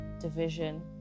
Division